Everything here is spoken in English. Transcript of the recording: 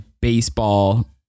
baseball